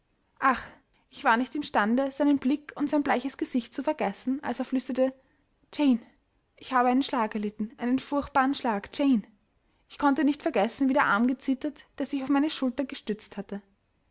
ach ich war nicht imstande seinen blick und sein bleiches gesicht zu vergessen als er flüsterte jane ich habe einen schlag erlitten einen furchtbaren schlag jane ich konnte nicht vergessen wie der arm gezittert der sich auf meine schulter gestützt hatte